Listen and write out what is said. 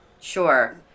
Sure